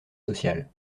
social